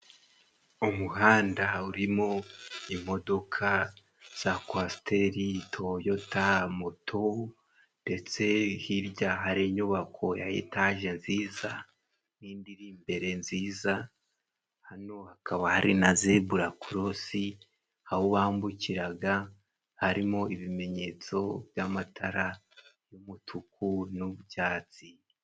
Umuhanda urimo imodoka za kwasteri, toyota, moto, ndetse hirya hari inyubako ya etaje nziza n'indi iri imbere nziza, hakaba hari na zebura korosi Aho bambukira harimo ibimenyetso by'amatara y'umutuku nay'icyatsi.